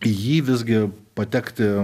į jį visgi patekti